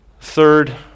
Third